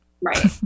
right